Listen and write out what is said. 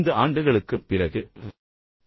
15 ஆண்டுகளுக்குப் பிறகு என்ன செய்யப் போகிறீர்கள்